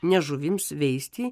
ne žuvims veisti